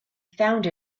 found